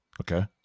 okay